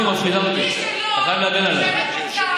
מי שלא משרת בצבא,